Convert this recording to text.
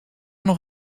nog